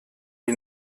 die